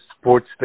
sports